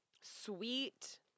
sweet